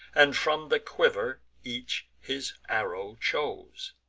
and from the quiver each his arrow chose.